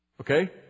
Okay